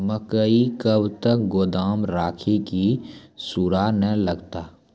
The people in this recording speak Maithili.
मकई कब तक गोदाम राखि की सूड़ा न लगता?